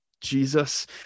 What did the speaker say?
Jesus